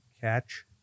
Catch